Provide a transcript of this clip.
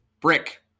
Brick